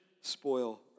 spoil